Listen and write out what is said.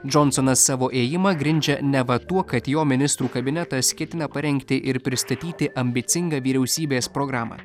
džonsonas savo ėjimą grindžia neva tuo kad jo ministrų kabinetas ketina parengti ir pristatyti ambicingą vyriausybės programą